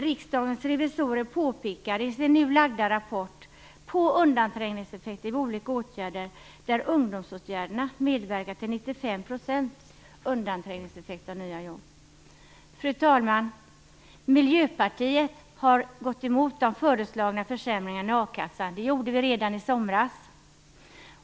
Riksdagens revisorer pekar i sin nu lagda rapport på undanträngningseffekter vid olika åtgärder, där ungdomsåtgärderna medverkar till 95 % undanträngningseffekt av nya jobb. Fru talman! Miljöpartiet har gått emot de föreslagna försämringarna i a-kassan. Det gjorde vi redan i somras.